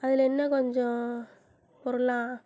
அதில் இன்னும் கொஞ்சம் பொருள்லாம்